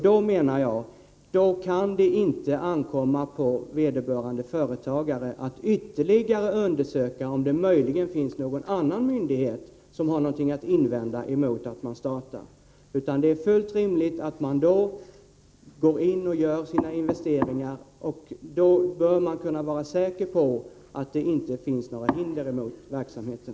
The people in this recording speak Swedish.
Då menar jag att det inte kan ankomma på vederbörande företagare att ytterligare undersöka om det möjligen finns någon annan myndighet som har något att invända mot verksamheten. Det är fullt rimligt att företagaren då gör sina investeringar och då bör kunna vara säker på att det inte finns några hinder mot verksamheten.